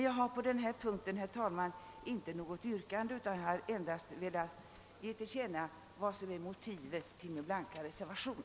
Jag har emellertid på denna punkt inte något yrkande utan har endast velat ge till känna vad som är motivet till min blanka reservation.